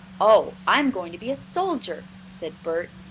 oh, i'm going to be a soldier, said bert.